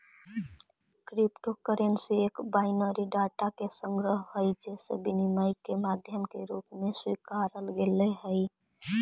crypto currency एक binary data के संग्रह हइ जेसे विनिमय के माध्यम के रूप में स्वीकारल गेले हइ